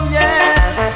yes